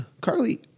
Carly